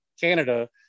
Canada